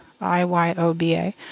I-Y-O-B-A